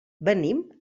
venim